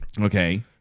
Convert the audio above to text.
okay